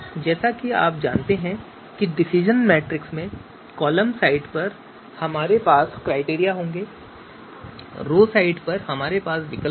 जैसा कि आप जानते हैं डिसीजन मैट्रिक्स में कॉलम साइड पर हमारे पास क्राइटेरिया होंगे और रो साइड पर हमारे पास विकल्प होंगे